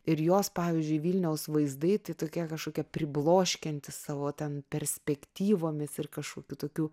ir jos pavyzdžiui vilniaus vaizdai tai tokie kažkokie pribloškianti savo ten perspektyvomis ir kažkokių tokių